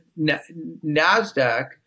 NASDAQ